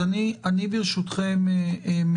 ברשותכם,